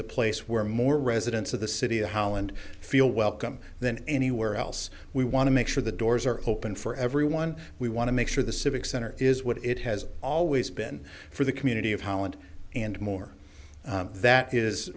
the place where more residents of the city hall and feel welcome than anywhere else we want to make sure the doors are open for everyone we want to make sure the civic center is what it has always been for the community of holland and more that is